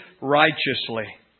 righteously